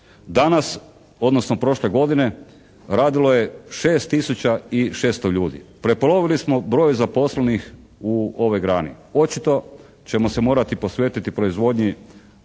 Danas odnosno prošle godine radilo je 6 tisuća i 600 ljudi. Prepolovili smo broj zaposlenih u ovoj grani. Očito ćemo se morati posvetiti proizvodnji